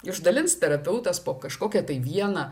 išdalins terapeutas po kažkokią tai vieną